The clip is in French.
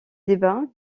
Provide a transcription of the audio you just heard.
débat